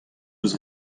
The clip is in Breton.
eus